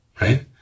Right